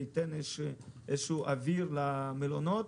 זה ייתן אוויר למלונות.